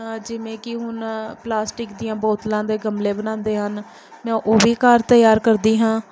ਜਿਵੇਂ ਕਿ ਹੁਣ ਪਲਾਸਟਿਕ ਦੀਆਂ ਬੋਤਲਾਂ ਦੇ ਗਮਲੇ ਬਣਾਉਂਦੇ ਹਨ ਮੈਂ ਉਹ ਵੀ ਘਰ ਤਿਆਰ ਕਰਦੀ ਹਾਂ